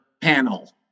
panel